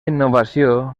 innovació